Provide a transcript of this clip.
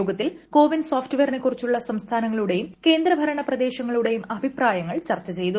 യോഗത്തീൽ CoWIN സോഫ്റ്റ് വെയറിനെക്കു റിച്ചുള്ള സംസ്ഥാനങ്ങളുടെയും കേന്ദ്രഭരണ പ്രദേശങ്ങളുടെയും അഭിപ്രായങ്ങൾ യോഗം ചർച്ച ചെയ്തു